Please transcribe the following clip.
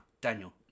Daniel